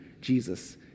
Jesus